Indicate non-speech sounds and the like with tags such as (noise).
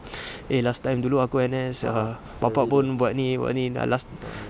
(breath) eh last time dulu aku N_S papa pun buat ini buat ini like last